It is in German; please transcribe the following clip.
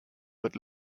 wird